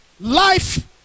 Life